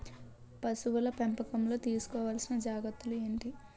పశువుల పెంపకంలో తీసుకోవల్సిన జాగ్రత్త లు ఏంటి?